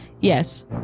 Yes